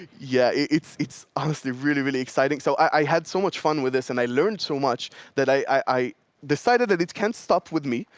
yeah. it's it's honestly really, really exciting. so i had so much fun with this and i learned so much that i i decided that it can't stop with me.